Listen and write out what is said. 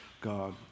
God